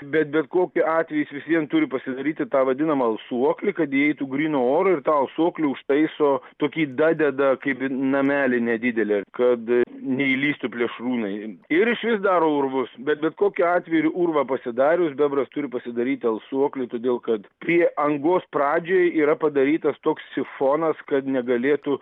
bet bet kokiu atveju jis vis vien turi pasidaryti tą vadinamą alsuoklį kad įeitų gryno oro ir tą alsuoklį užtaiso tokį dadeda kaip namelį nedidelį kad neįlįstų plėšrūnai ir išvis daro urvus bet bet kokiu atveju urvą pasidarius bebras turi pasidaryti alsuoklį todėl kad prie angos pradžioj yra padarytas toks sifonas kad negalėtų